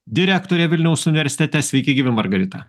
direktorė vilniaus universitete sveiki gyvi margarita